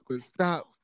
stop